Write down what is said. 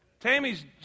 Tammy's